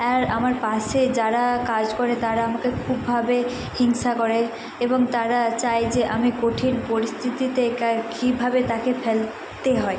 আর আমার পাশে যারা কাজ করে তারা আমাকে খুবভাবে হিংসা করে এবং তারা চায় যে আমি কঠিন পরিস্থিতিতে ক্যা কীভাবে তাকে ফেলতে হয়